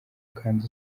kandi